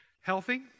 healthy